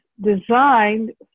designed